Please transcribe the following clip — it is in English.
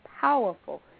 powerful